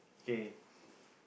okay